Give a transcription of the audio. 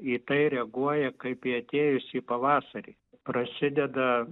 į tai reaguoja kaip į atėjusį pavasarį prasideda